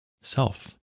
self